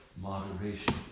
moderation